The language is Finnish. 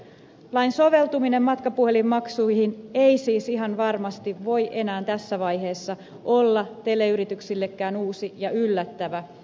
lain soveltuminen matkapuhelinmaksuihin ei siis ihan varmasti voi enää tässä vaiheessa olla teleyrityksillekään uusi ja yllättävä asia